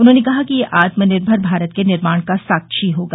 उन्होंने कहा कि यह आत्मनिर्भर भारत के निर्माण का साक्षी होगा